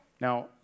Now